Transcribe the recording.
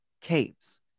Caves